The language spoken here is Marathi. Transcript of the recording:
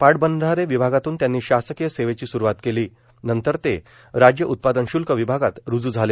पाटबंधारे विभागातून त्यांनी शासकीय सेवेची सुरवात केली नंतर ते राज्य उत्पादन शुल्क विभागात रुजू झाले